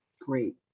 Great